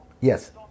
Yes